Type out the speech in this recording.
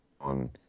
on